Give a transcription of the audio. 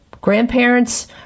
grandparents